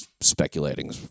speculating